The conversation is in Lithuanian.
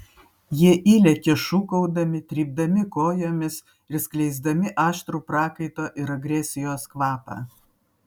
jie įlekia šūkaudami trypdami kojomis ir skleisdami aštrų prakaito ir agresijos kvapą